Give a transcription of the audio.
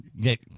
get